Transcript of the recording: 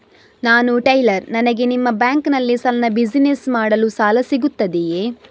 ನಾನು ಟೈಲರ್, ನನಗೆ ನಿಮ್ಮ ಬ್ಯಾಂಕ್ ನಲ್ಲಿ ಸಣ್ಣ ಬಿಸಿನೆಸ್ ಮಾಡಲು ಸಾಲ ಸಿಗುತ್ತದೆಯೇ?